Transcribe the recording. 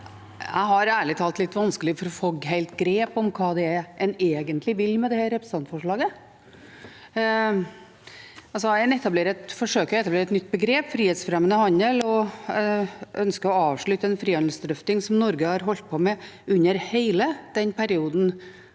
Jeg har ærlig talt litt vanskelig for å få helt grep om hva man egentlig vil med dette representantforslaget. En forsøker å etablere et nytt begrep – frihetsfremmende handel – og ønsker å avslutte en frihandelsdrøfting som Norge har holdt på med under hele den perioden